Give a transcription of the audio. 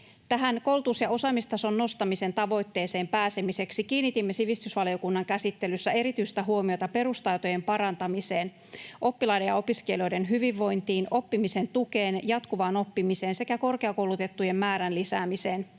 Tähän koulutus- ja osaamistason nostamisen tavoitteeseen pääsemiseksi kiinnitimme sivistysvaliokunnan käsittelyssä erityistä huomiota perustaitojen parantamiseen, oppilaiden ja opiskelijoiden hyvinvointiin, oppimisen tukeen, jatkuvaan oppimiseen sekä korkeakoulutettujen määrän lisäämiseen.